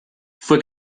fue